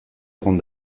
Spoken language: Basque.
egon